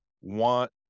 want